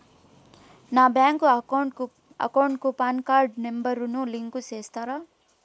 నా bank account కు PAN card number ను లింకు సేస్తారా?